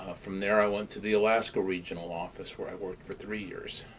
from there i went to the alaska regional office where i worked for three years.